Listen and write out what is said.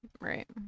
right